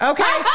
Okay